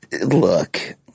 Look